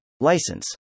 License